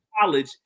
college